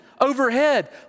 overhead